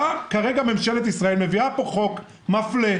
באה ממשלת ישראל ומביאה פה חוק מפלה,